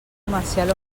comercial